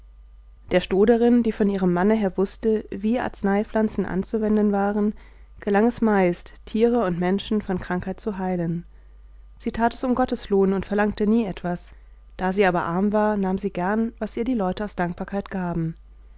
der stoderin die von ihrem manne her wußte wie arzneipflanzen anzuwenden waren gelang es meist tiere und menschen von krankheit zu heilen sie tat es um gotteslohn und verlangte nie etwas da sie aber arm war nahm sie gern was ihr die leute aus dankbarkeit gaben